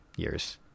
years